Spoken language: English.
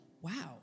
wow